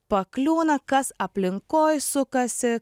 pakliūna kas aplinkoj sukasi